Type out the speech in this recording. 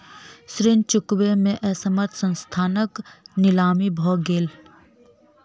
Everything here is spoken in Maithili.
ऋण चुकबै में असमर्थ संस्थानक नीलामी भ गेलै